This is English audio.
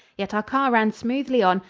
yet our car ran smoothly on,